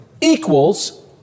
equals